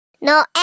No